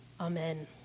Amen